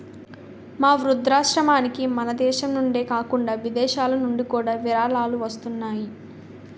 మా వృద్ధాశ్రమానికి మనదేశం నుండే కాకుండా విదేశాలనుండి కూడా విరాళాలు వస్తున్నాయి